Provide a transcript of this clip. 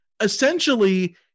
essentially